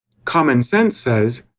common sense says.